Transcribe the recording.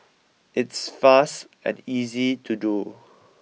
it's fast and easy to do